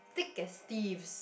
thick as thieves